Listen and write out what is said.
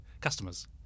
customers